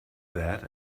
that